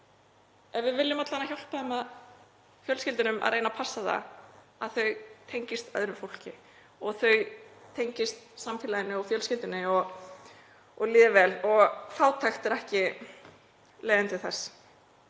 Við viljum alla vega hjálpa fjölskyldunum að reyna að passa að þau tengist öðru fólki og tengist samfélaginu og fjölskyldunni og líði vel. Fátækt er ekki leiðin til þess.